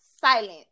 silent